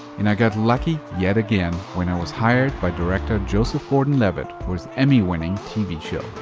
and i got lucky yet again when i was hired by director joseph gordon-levitt for his emmy winning tv show.